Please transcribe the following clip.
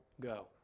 go